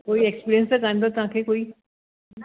कोई एक्सपीरियंस त कान अथव तव्हांखे कोई